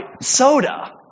soda